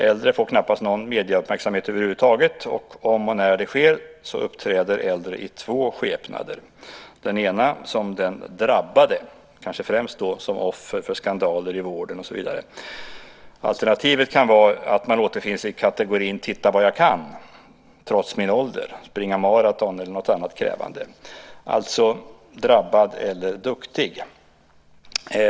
Äldre får knappast någon medieuppmärksamhet över huvud taget, och när det sker uppträder äldre i två skepnader. Den ena skepnaden är som den drabbade, kanske främst som offer för skandaler i vården och så vidare. Alternativet kan vara att man återfinns i kategorin "Titta vad jag kan, trots min ålder". Det kan handla om att springa maraton eller något annat krävande. De två skepnaderna är alltså drabbad eller duktig.